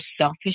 selfish